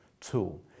tool